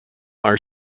are